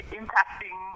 impacting